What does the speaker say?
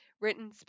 written